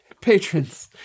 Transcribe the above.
patrons